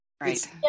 right